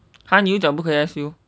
!huh! 你又讲不可以 S_U